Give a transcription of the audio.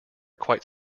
quite